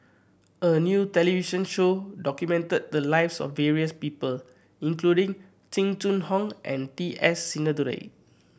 a new television show documented the lives of various people including Jing Jun Hong and T S Sinnathuray